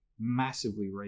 massively